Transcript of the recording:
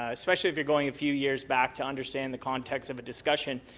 especially if you're going a few years back to understand the context of a discussion.